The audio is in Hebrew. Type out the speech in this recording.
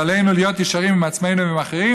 ועלינו להיות ישרים עם עצמנו ועם אחרים